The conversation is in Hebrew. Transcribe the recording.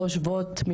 חושבות,